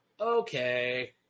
okay